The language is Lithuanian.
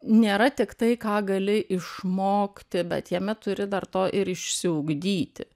nėra tik tai ką gali išmokti bet jame turi dar to ir išsiugdyti